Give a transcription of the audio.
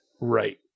Right